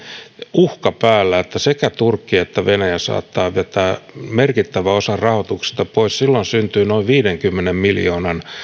uhka päällä että sekä turkki että venäjä saattavat vetää merkittävän osan rahoituksesta pois silloin syntyy noin viidenkymmenen miljoonan